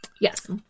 yes